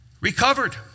recovered